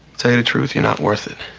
so and truth you're not worth it.